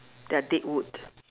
they are dead wood